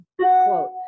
quote